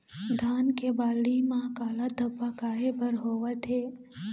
धान के बाली म काला धब्बा काहे बर होवथे?